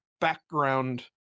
background